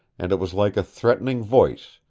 and it was like a threatening voice,